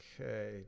okay